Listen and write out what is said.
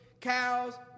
cows